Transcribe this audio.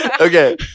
Okay